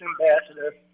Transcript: ambassador